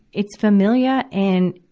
it's familiar and,